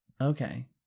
okay